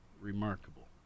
Remarkable